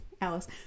Alice